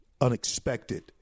unexpected